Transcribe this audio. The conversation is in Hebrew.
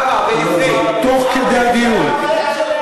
תוך כדי הדיון.